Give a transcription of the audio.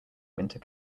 winter